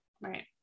Right